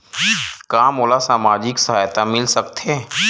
का मोला सामाजिक सहायता मिल सकथे?